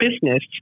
business